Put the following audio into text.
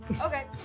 Okay